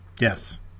Yes